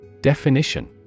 Definition